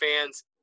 fans